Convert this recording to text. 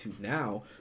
now